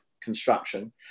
construction